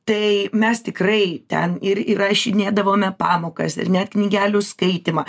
tai mes tikrai ten ir įrašinėdavome pamokas ir net knygelių skaitymą